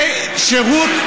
זה שירות.